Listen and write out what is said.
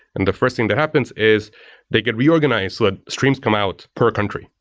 and the first thing that happens is they get reorganized so that streams come out per country.